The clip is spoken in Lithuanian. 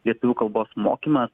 lietuvių kalbos mokymas